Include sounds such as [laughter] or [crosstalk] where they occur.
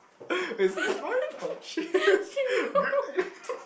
[laughs] is this that why oh shit [laughs] good